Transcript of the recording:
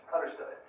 Understood